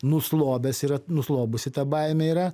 nuslobęs yra nuslobusi ta baimė yra